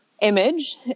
image